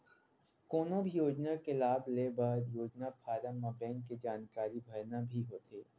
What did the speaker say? कोनो भी योजना के लाभ लेबर योजना फारम म बेंक के जानकारी भरना भी होथे